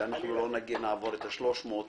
שלא נעבור את ה-300,